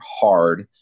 hard